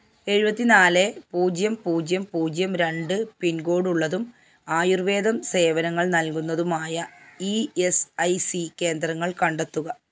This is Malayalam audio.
എഴുപത്തി നാല് പൂജ്യം പൂജ്യം പൂജ്യം രണ്ട് പിൻകോഡ് ഉള്ളതും ആയുർവേദം സേവനങ്ങൾ നൽകുന്നതുമായ ഇ എസ് ഐ സി കേന്ദ്രങ്ങൾ കണ്ടെത്തുക